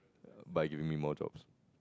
by giving me more jobs